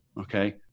Okay